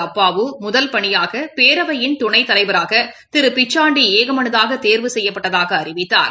அப்பாவு முதல் பணியாகபேரவையின் துணைத்தலைவராகதிரு பிச்சாண்டிஏகமனதாகதேர்வு செய்யப்பட்டதாகஅறிவித்தாா்